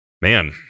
man